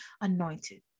anointed